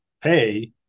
pay